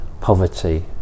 poverty